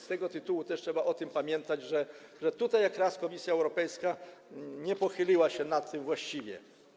Z tego tytułu też trzeba o tym pamiętać, że tutaj jak raz Komisja Europejska nie pochyliła się nad tym właściwie.